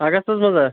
اَگستَس منٛزا